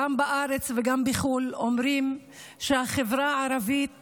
גם בארץ וגם בחו"ל, אומרים שהחברה הערבית